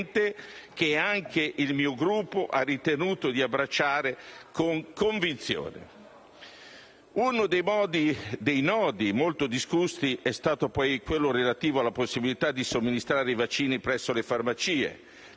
che anche il mio Gruppo ha ritenuto di abbracciare con convinzione. Uno dei nodi molto discussi è stato poi quello relativo alla possibilità di somministrare i vaccini presso le farmacie.